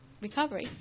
recovery